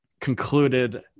concluded